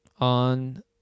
on